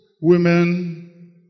women